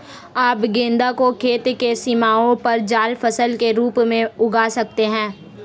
आप गेंदा को खेत की सीमाओं पर जाल फसल के रूप में उगा सकते हैं